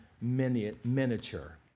miniature